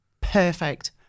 perfect